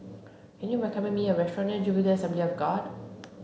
can you recommend me a restaurant near Jubilee Assembly of God